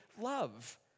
love